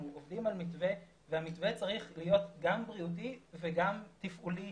אנחנו עובדים על מתווה והמתווה צריך להיות גם בריאותי וגם תפעולי